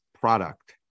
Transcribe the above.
product